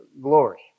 glory